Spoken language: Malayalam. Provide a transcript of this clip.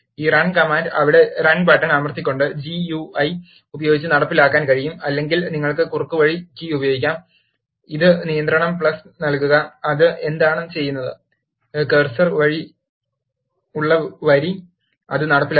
ഈ റൺ കമാൻഡ് അവിടെ റൺ ബട്ടൺ അമർത്തിക്കൊണ്ട് ജിയുഐ ഉപയോഗിച്ച് നടപ്പിലാക്കാൻ കഴിയും അല്ലെങ്കിൽ നിങ്ങൾക്ക് കുറുക്കുവഴി കീ ഉപയോഗിക്കാം ഇത് നിയന്ത്രണം നൽകുക അത് എന്താണ് ചെയ്യുന്നത് കഴ് സർ ഉള്ള വരി അത് നടപ്പിലാക്കും